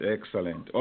Excellent